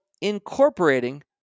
incorporating